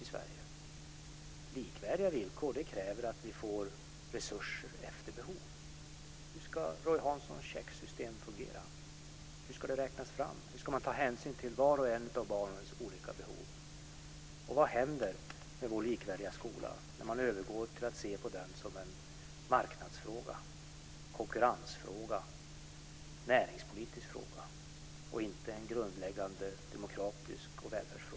För att uppnå likvärdiga villkor krävs att vi får resurser efter behov. Hur ska Roy Hanssons checksystem fungera? Hur ska det räknas fram? Hur ska man ta hänsyn till varje barns olika behov? Vad händer med vår likvärdiga skola när man övergår till att se den som en marknadsfråga, konkurrensfråga eller näringspolitisk fråga och inte som en fråga om grundläggande demokrati och välfärd?